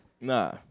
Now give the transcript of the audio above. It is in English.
Nah